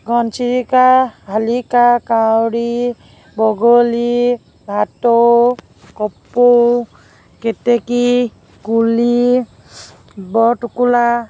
ঘনচিৰিকা শালিকা কাউৰী বগলী ভাটৌ কপৌ কেতেকী কুলি বৰটোকোলা